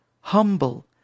humble